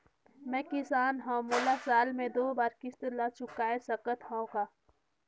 मैं किसान हव मोला साल मे दो बार किस्त ल चुकाय सकत हव का?